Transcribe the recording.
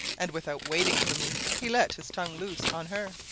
and without waiting for me, he let his tongue loose on her.